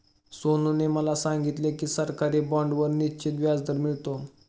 सोनूने मला सांगितले की सरकारी बाँडवर निश्चित व्याजदर मिळतो